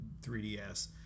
3DS